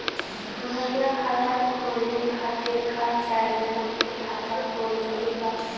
भईया खाता खोले खातिर का चाही हमके खाता खोले के बा?